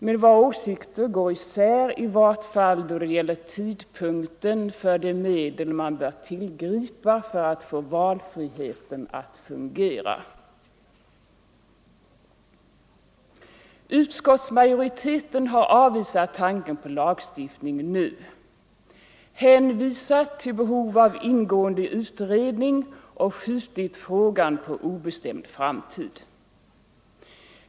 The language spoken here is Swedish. Men våra åsikter går isär, i vart fall då det gäller tidpunkten för de medel man bör tillgripa för att få valfriheten att fungera. Utskottsmajoriteten har avvisat tanken på lagstiftning nu, hänvisat till behov av ingående utredning och skjutit frågan på obestämd framtid.